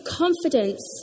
confidence